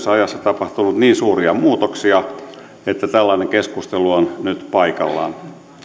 ajassa tapahtunut niin suuria muutoksia että tällainen keskustelu on nyt paikallaan